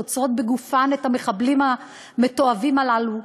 שעוצרות בגופן את המחבלים המתועבים הללו,